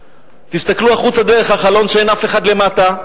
תסתכלו החוצה דרך החלון שאין אף אחד למטה,